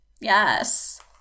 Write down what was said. Yes